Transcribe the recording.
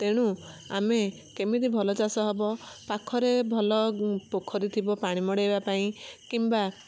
ତେଣୁ ଆମେ କେମିତି ଭଲ ଚାଷ ହବ ପାଖରେ ଭଲ ପୋଖରୀ ଥିବ ପାଣି ମଡ଼େଇବା ପାଇଁ କିମ୍ବା